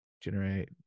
Generate